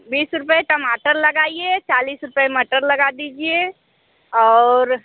बीस रुपये टमाटर लगाइए चालीस रुपये मटर लगा दीजिए और